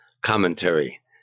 commentary